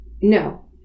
No